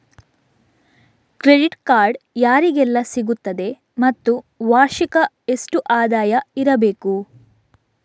Credit card ಯಾರಿಗೆಲ್ಲ ಸಿಗುತ್ತದೆ ಮತ್ತು ವಾರ್ಷಿಕ ಎಷ್ಟು ಆದಾಯ ಇರಬೇಕು?